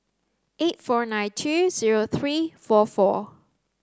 eight four nine two zero three four four